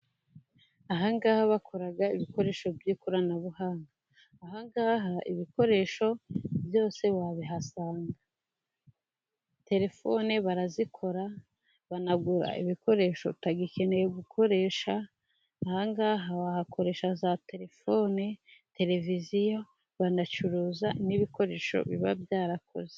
Ahangaha bakora ibikoresho by'ikoranabuhanga. Ahangaha ibikoresho byose wabihasanga, telefone barazikora, banagura ibikoresho utagikeneye gukoresha. Ahangaha wahakoresha za telefone, televiziyo, banacuruza n'ibikoresho biba byarakoze.